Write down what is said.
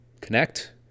connect